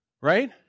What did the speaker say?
right